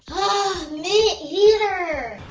me either!